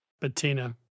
Patina